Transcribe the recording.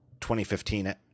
2015